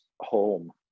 home